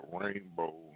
rainbow